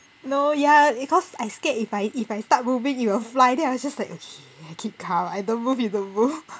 no ya it cause I scared if I if I start moving it will fly then I was just like okay keep calm I don't move you don't move